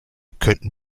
könnten